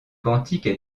cantiques